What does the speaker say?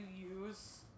use